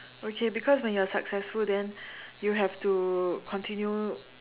okay because when you are successful then you have to continue